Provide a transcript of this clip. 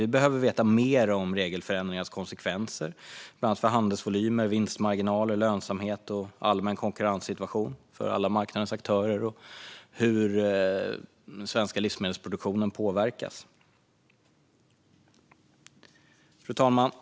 Vi behöver veta mer om regelförändringarnas konsekvenser för bland annat handelsvolymer, vinstmarginaler, lönsamhet och allmän konkurrenssituation för alla marknadens aktörer och hur den svenska livsmedelsproduktionen påverkas. Fru talman!